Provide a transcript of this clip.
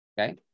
Okay